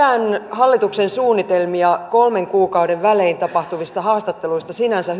hallituksen suunnitelmia kolmen kuukauden välein tapahtuvista haastatteluista sinänsä